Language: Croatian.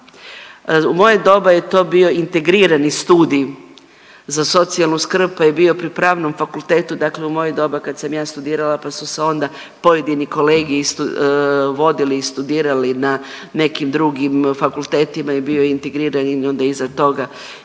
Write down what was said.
U moje doba je to bio integrirani studij za socijalnu skrb pa je bio pri Pravnom fakultetu, dakle u moje doba kad sam ja studirala pa su se onda pojedini kolegi isto vodili i studirali na nekim drugim fakultetima i bio je integrirani, onda iza toga